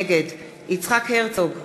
נגד יצחק הרצוג,